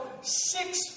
six